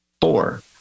Four